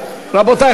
רבותי,